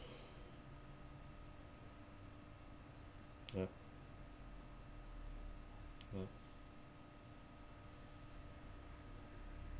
yup yup